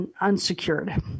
unsecured